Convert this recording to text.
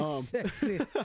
Sexy